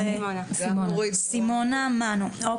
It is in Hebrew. שלום לכולם.